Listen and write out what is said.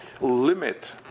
limit